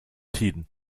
tiden